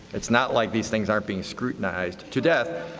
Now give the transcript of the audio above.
it's not like these things aren't being scrutinized to death.